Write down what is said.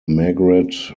margaret